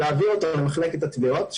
להעביר אותו למחלקת התביעות,